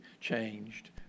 changed